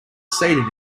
seated